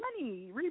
money